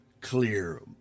clear